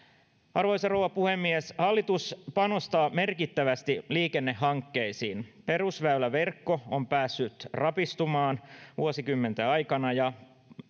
arvoisa rouva puhemies hallitus panostaa merkittävästi liikennehankkeisiin perusväyläverkko on päässyt rapistumaan vuosikymmenten aikana ja